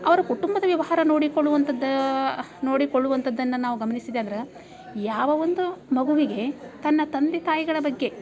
ಅವರು ಕುಟುಂಬದ ವ್ಯವಹಾರ ನೋಡಿಕೊಳ್ಳುವಂಥದ್ದು ನೋಡಿಕೊಳ್ಳುವಂಥದ್ದನ್ನು ನಾವು ಗಮನಿಸಿದ ಅಂದ್ರೆ ಯಾವ ಒಂದು ಮಗುವಿಗೆ ತನ್ನ ತಂದೆ ತಾಯಿಗಳ ಬಗ್ಗೆ